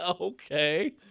Okay